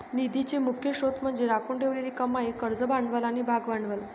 निधीचे मुख्य स्त्रोत म्हणजे राखून ठेवलेली कमाई, कर्ज भांडवल आणि भागभांडवल